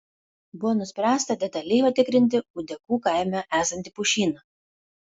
buvo nuspręsta detaliai patikrinti ūdekų kaime esantį pušyną